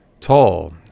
tall